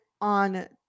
on